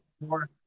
more